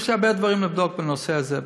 יש הרבה דברים לבדוק בנושא הזה.